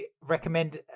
recommend